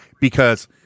because-